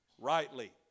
Rightly